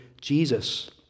Jesus